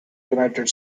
united